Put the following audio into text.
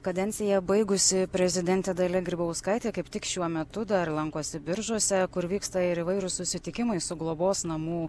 kadenciją baigusi prezidentė dalia grybauskaitė kaip tik šiuo metu dar lankosi biržuose kur vyksta ir įvairūs susitikimai su globos namų